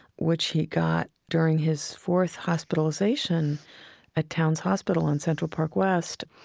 which he got during his fourth hospitalization at towns hospital on central park west,